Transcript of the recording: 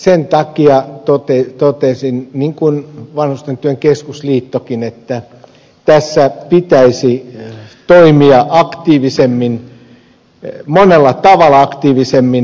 sen takia totesin niin kuin vanhustyön keskusliittokin että tässä pitäisi toimia aktiivisemmin monella tavalla aktiivisemmin